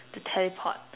to teleport